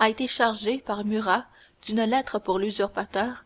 a été chargé par murat d'un paquet pour l'usurpateur